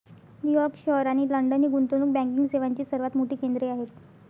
New York शहर आणि London ही गुंतवणूक बँकिंग सेवांची सर्वात मोठी केंद्रे आहेत